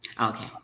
Okay